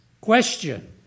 Question